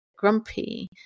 grumpy